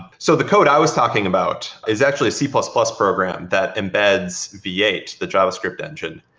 so the code i was talking about is actually a c plus plus program that embeds v eight, the javascript engine.